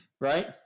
right